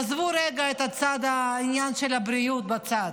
עזבו רגע את העניין של הבריאות בצד,